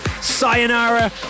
Sayonara